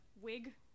wig